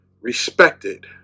respected